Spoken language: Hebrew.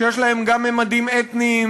שיש להם גם ממדים אתניים,